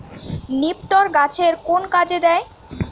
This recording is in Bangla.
নিপটর গাছের কোন কাজে দেয়?